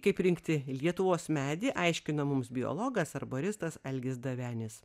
kaip rinkti lietuvos medį aiškina mums biologas arboristas algis davenis